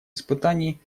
испытаний